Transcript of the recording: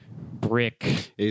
brick